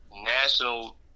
national